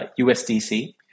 USDC